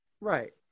Right